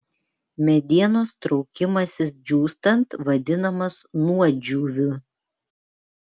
medienos traukimasis džiūstant vadinamas nuodžiūviu